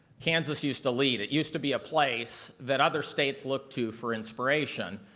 kansas used to lead it used to be a place that other states looked to for inspiration.